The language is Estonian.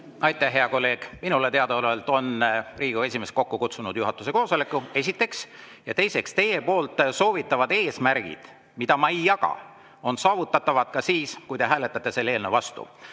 Aitäh, hea kolleeg! Minule teadaolevalt on Riigikogu esimees kokku kutsunud juhatuse koosoleku, esiteks, ja teiseks, teie soovitavad eesmärgid, mida ma ei jaga, on saavutatavad ka siis, kui te hääletate selle eelnõu vastu.